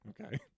okay